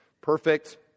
Perfect